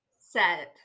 set